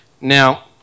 Now